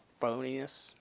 phoniness